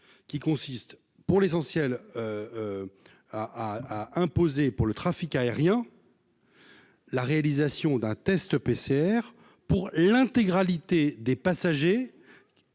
qui consiste pour l'essentiel ah imposées pour le trafic aérien. La réalisation d'un test PCR pour l'intégralité des passagers,